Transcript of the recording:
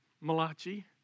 Malachi